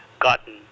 gotten